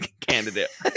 candidate